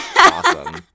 awesome